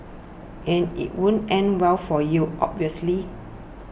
and it won't end well for you obviously